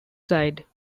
side